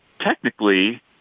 Technically